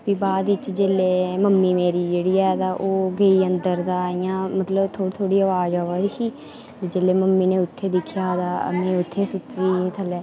भी बाद च जेल्लै मम्मी मेरी जेह्ड़ी ऐ ते ओह् गेई अंदर ते इ'यां मतलब ओह् थोह्ड़ी थोह्ड़ी अवाज आवै दी ही जेल्लै मम्मी नै उत्थै दिक्खेआ ते में उत्थै सुत्ती दी ही थल्लेै